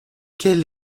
quel